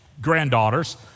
granddaughters